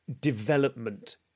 development